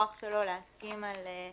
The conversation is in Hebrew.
חוץ ממה שאמר אסף אין לי מה להגיד,